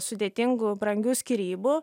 sudėtingų brangių skyrybų